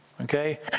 okay